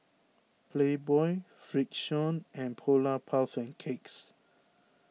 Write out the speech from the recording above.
Playboy Frixion and Polar Puff and Cakes